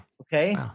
okay